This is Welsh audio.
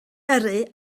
yrru